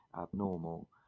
abnormal